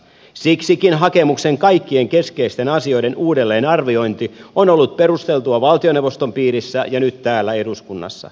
siksikin hakemuksen kaikkien keskeisten asioiden uudelleenarviointi on ollut perusteltua valtioneuvoston piirissä ja nyt täällä eduskunnassa